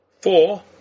Four